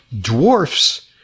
dwarfs